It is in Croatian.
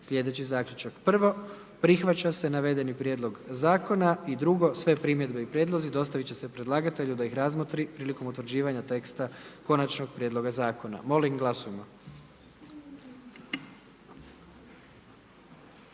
slijedeći zaključak. Prvo, prihvaća se Prijedlog Zakona o vinu i drugo, sve primjedbe i prijedlozi dostavit će se predlagatelju da ih razmotri prilikom utvrđivanja teksta konačnog prijedloga zakona, molim glasujmo.